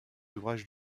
ouvrages